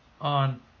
on